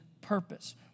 purpose